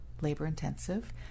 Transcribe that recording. labor-intensive